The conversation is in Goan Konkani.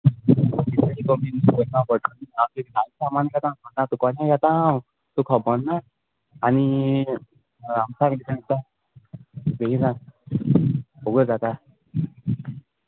कमी म्हाका तुंकोडे येता हांव तूं खोबोन्ना आनी आमटाण कितें कोत्ता बेगी सांग वोगोत जाता